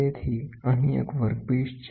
તેથી અહીં એક વર્કપીસ છે